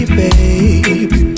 baby